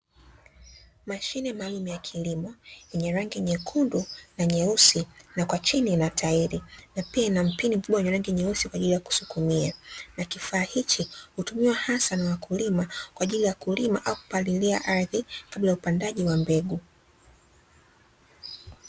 Mashine maalumu ya kilimo yenye rangi nyekundu na nyeusi, na kwa chini ina tairi. Na pia ina mpini mkubwa wenye rangi nyeusi, kwa ajili ya kusukumia. Na kifaa hichi hutumiwa hasa na wakulima, kwa ajili ya kulima au kupalilia ardhi kwa ajili ya upandaji wa mbegu.